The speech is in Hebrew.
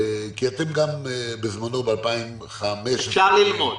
כי אתם בזמנו, ב-2013,